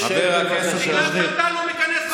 חבר הכנסת קושניר, שב, בבקשה.